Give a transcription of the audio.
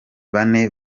bane